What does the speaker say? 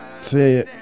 See